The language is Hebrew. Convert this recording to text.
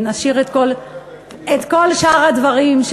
נשאיר את כל שאר הדברים,